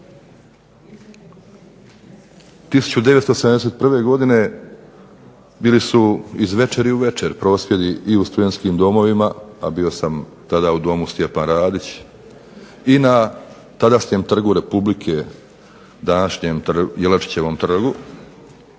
1971. godine bili su iz večeri u večer prosvjedi i u studentskim domovima, a bio sam tada u Domu Stjepan Radić, i na tadašnjem Trgu Republike, današnjem Jelačićevom trgu,